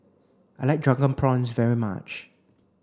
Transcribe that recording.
I like drunken prawns very much